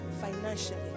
financially